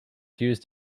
used